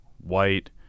white